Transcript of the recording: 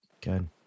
Good